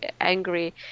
angry